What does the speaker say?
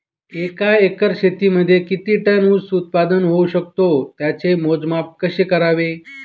एका एकर शेतीमध्ये किती टन ऊस उत्पादन होऊ शकतो? त्याचे मोजमाप कसे करावे?